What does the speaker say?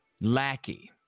lackey